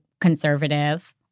conservative